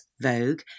Vogue